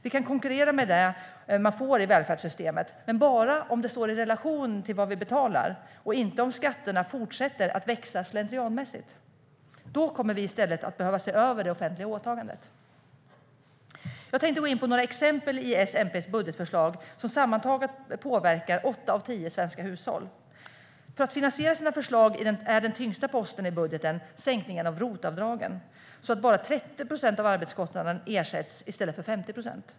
Vi kan konkurrera med det vi får i välfärdssystemet, men bara om det står i relation till vad vi betalar och inte om skatterna fortsätter att växa slentrianmässigt. Då kommer vi i stället att behöva se över det offentliga åtagandet. Jag tänkte gå in på några exempel i S-MP:s budgetförslag, som sammantaget påverkar åtta av tio svenska hushåll. För att finansiera förslagen är den tyngsta posten i budgeten sänkningen av ROT-avdragen så att bara 30 procent av arbetskostnaden ersätts i stället för 50 procent.